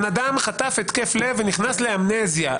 בן אדם חטף התקף לב ונכנס לאמנזיה,